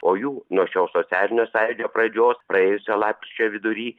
o jų nuo šio socialinio sąjūdžio pradžios praėjusio lapkričio vidury